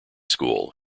school